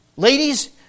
Ladies